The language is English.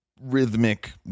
rhythmic